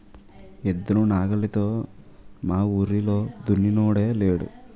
ఎద్దులు నాగలితో మావూరిలో దున్నినోడే లేడు